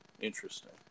Interesting